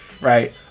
right